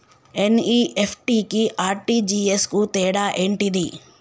NEFT కి RTGS కు తేడా ఏంటిది?